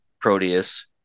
Proteus